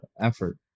effort